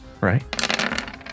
right